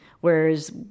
whereas